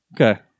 Okay